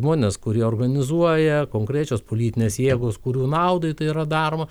žmonės kurie organizuoja konkrečios politinės jėgos kurių naudai tai yra daroma